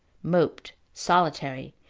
moped, solitary,